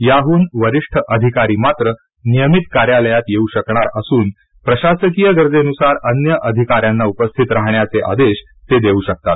याहून वरिष्ठ अधिकारी मात्र नियमित कार्यालयात येऊ शकणार असुन प्रशासकीय गरजेनुसार अन्य अधिकाऱ्याना उपस्थित राहण्याचे आदेश ते देऊ शकतात